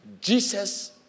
Jesus